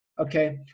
okay